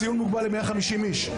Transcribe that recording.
הציון מוגבל ל-150 אנשים.